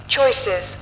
Choices